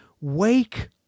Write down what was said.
Wake